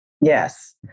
Yes